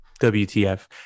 wtf